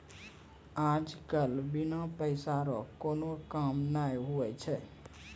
आज कल बिना पैसा रो कोनो काम नै हुवै छै